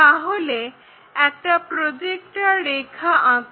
তাহলে একটা প্রজেক্টর রেখা আঁকো